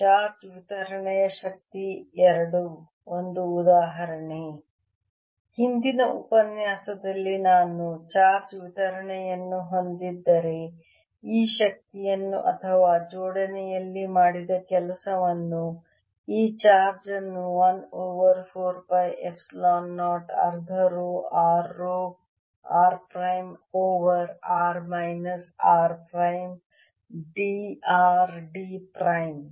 charge ವಿತರಣೆಯ ಶಕ್ತಿ II ಒಂದು ಉದಾಹರಣೆ ಹಿಂದಿನ ಉಪನ್ಯಾಸದಲ್ಲಿ ನಾನು ಚಾರ್ಜ್ ವಿತರಣೆಯನ್ನು ಹೊಂದಿದ್ದರೆ ಈ ಶಕ್ತಿಯನ್ನು ಅಥವಾ ಜೋಡಣೆಯಲ್ಲಿ ಮಾಡಿದ ಕೆಲಸವನ್ನು ಈ ಚಾರ್ಜ್ ಅನ್ನು 1 ಓವರ್ 4 ಪೈ ಎಪ್ಸಿಲಾನ್ 0 ಅರ್ಧ rho r rho r prime over r minus r prime d r d prime